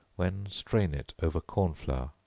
when strain it over corn flour